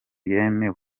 yemwe